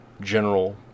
General